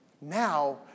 Now